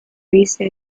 vice